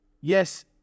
yes